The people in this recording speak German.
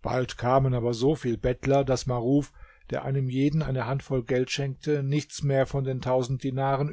bald kamen aber so viel bettler daß maruf der einem jeden eine handvoll geld schenkte nichts mehr von den tausend dinaren